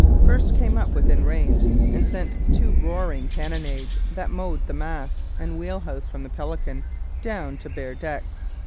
first came up within range and sent two roaring cannonades that mowed the masts and wheel-house from the pelican down to bare decks.